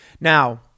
Now